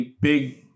big